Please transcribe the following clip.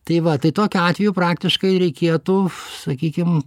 tai va tai tokiu atveju praktiškai reikėtų sakykim